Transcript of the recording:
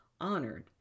honored